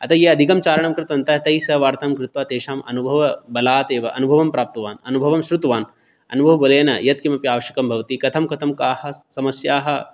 अतः ये अधिकं चारणं कृतवन्तः तैस्सह वार्तां कृत्वा तेषाम् अनुभवबलात् एव अनुभवं प्राप्तवान् अनुभवं श्रुतवान् अनुभवबलेन यत्किमपि आवश्यकं भवति कथं कथं काः समस्याः